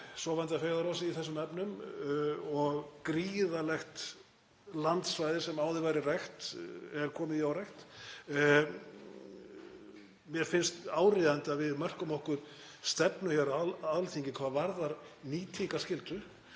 sofandi að feigðarósi í þessum efnum og gríðarlegt landsvæði sem áður var í rækt er komið í órækt. Mér finnst áríðandi að við mörkum okkur stefnu hér á Alþingi hvað varðar nýtingarskyldu